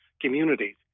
communities